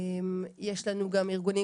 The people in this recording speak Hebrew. יש לנו גם ארגונים,